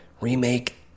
remake